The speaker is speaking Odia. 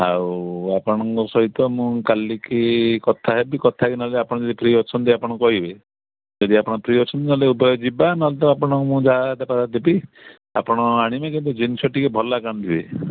ଆଉ ଆପଣଙ୍କ ସହିତ ମୁଁ କାଲିକି କଥା ହେବି କଥା ହେଇକି ନହେଲେ ଆପଣ ଯଦି ଫ୍ରୀ ଅଛନ୍ତି ଆପଣ କହିବେ ଯଦି ଆପଣ ଫ୍ରୀ ଅଛନ୍ତି ନହେଲେ ଉଭୟ ଯିବା ନହେଲେ ତ ଆପଣଙ୍କୁ ମୁଁ ଯାହା ଦେବାକଥା ଦେବି ଆପଣ ଆଣିବେ କିନ୍ତୁ ଜିନିଷ ଟିକେ ଭଲ ଆକା ଆଣିବେ